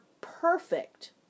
perfect